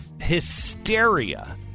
Hysteria